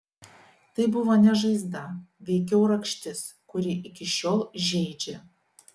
tai buvo ne žaizda veikiau rakštis kuri iki šiol žeidžia